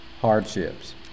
hardships